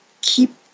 keep